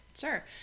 sure